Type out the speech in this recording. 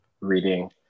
reading